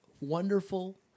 wonderful